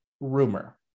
rumor